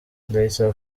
ndayisaba